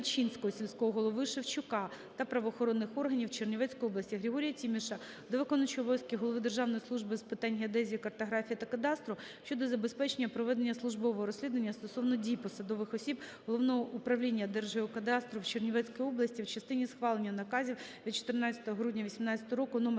сільського голови Шевчука до правоохоронних органів Чернівецької області. Григорія Тіміша до виконуючого обов'язки голови Державної служби України з питань геодезії, картографії та кадастру щодо забезпечення проведення службового розслідування стосовно дій посадових осіб Головного управління Держгеокадастру у Чернівецькій області в частині ухвалення наказів від 14 грудня 2018 року №